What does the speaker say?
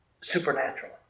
supernatural